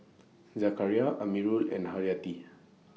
Zakaria Amirul and Haryati